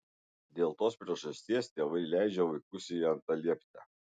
dėl tos priežasties tėvai leidžia vaikus į antalieptę